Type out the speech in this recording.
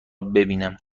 ببینم